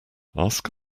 ask